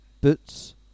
Boots